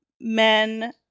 men